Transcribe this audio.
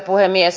puhemies